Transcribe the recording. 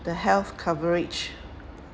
the health coverage